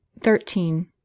thirteen